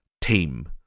team